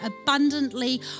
abundantly